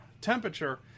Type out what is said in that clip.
temperature